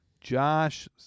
josh